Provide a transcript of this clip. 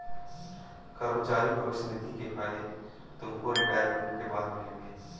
कर्मचारी भविष्य निधि के फायदे तुमको रिटायरमेंट के बाद मिलेंगे